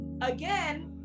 Again